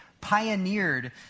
pioneered